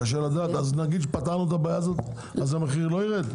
נניח שפתרנו את הבעיה בנמלים, המחיר לא ירד?